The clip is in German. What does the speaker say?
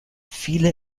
viele